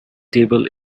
table